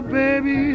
baby